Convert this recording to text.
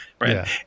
Right